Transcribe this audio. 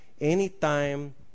anytime